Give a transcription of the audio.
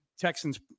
Texans